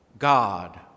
God